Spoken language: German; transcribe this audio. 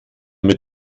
mit